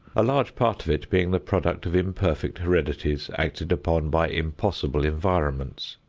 a large part of it being the product of imperfect heredities acted upon by impossible environments.